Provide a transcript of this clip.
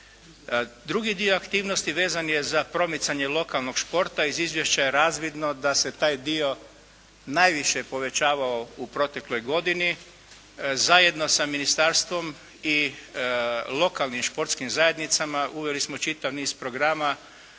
Drugi dio aktivnosti vezan je za promicanje lokalnog športa. Iz izvješća je razvidno da se taj dio najviše povećavao u protekloj godini. Zajedno sa ministarstvom i lokalnim športskim zajednicama uveli smo čitav niz programa